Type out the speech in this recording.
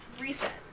Reset